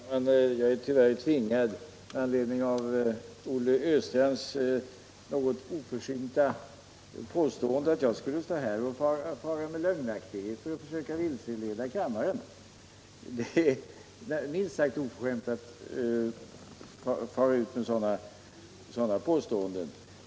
Herr talman! Jag är tyvärr tvingad att med anledning av Olle Östrands oförsynta påstående, att jag här skulle komma med lögnaktigheter och försöka vilseleda kammaren, bestämt förneka detta. Det är minst sagt oförskämt att komma med sådana påståenden!